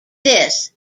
this